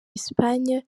espagne